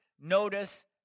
notice